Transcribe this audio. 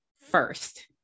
first